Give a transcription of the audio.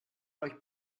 euch